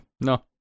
No